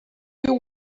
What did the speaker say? you